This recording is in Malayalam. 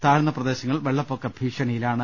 താഴ്ന്ന പ്രദേശങ്ങൾ വെള്ളപ്പൊക്ക ഭീഷ ണിയിലാണ്